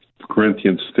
Corinthians